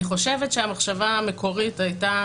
אני חושבת שהמחשבה המקורית הייתה,